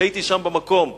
כשהייתי שם במקום,